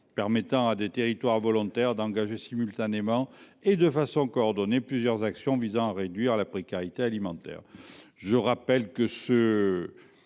permettant à des territoires volontaires d’engager simultanément et de façon coordonnée plusieurs actions visant à réduire la précarité alimentaire. Un amendement